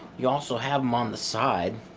you also have them on the side,